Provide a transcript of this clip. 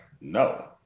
no